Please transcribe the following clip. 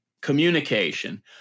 communication—